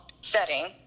setting